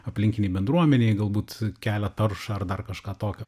aplinkinei bendruomenei galbūt kelia taršą ar dar kažką tokio